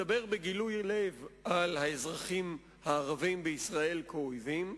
מדבר בגילוי לב על האזרחים הערבים בישראל כאויבים,